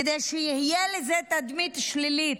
כדי שתהיה לזה תדמית שלילית,